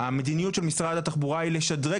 המדיניות של משרד התחבורה היא לשדרג